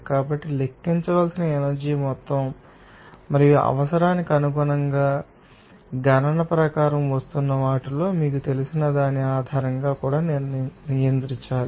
కాబట్టి లెక్కించవలసిన ఎనర్జీ మొత్తం మరియు అవసరానికి అనుగుణంగా గణన ప్రకారం వస్తున్న వాటిలో మీకు తెలిసిన దాని ఆధారంగా కూడా నియంత్రించాలి